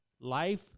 life